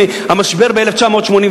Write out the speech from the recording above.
מהמשבר ב-1989.